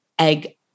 Egg